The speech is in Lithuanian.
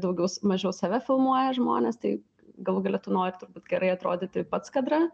daugiau mažiau save filmuoja žmonės tai galų gale tu nori turbūt gerai atrodyti pats kadre